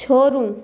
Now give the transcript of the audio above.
छोड़ू